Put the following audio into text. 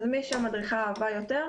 אז מי שהמדריכה אהבה יותר,